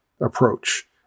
approach